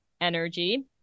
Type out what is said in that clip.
energy